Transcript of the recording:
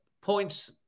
points